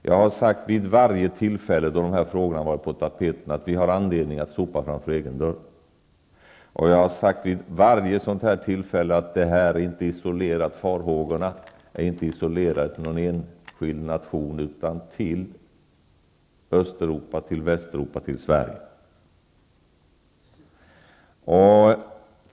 Jag har sagt vid varje tillfälle, då de här frågorna har varit på tapeten, att vi har anledning att sopa framför egen dörr. Vid varje sådant tillfälle har jag också sagt att farhågorna inte är isolerade till någon enskild nation utan förekommer i Östeuropa, i Västeuropa, i Sverige.